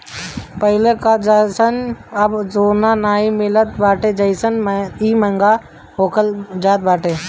पहिले कअ जइसन अब सोना नाइ मिलत बाटे जेसे इ महंग होखल जात बाटे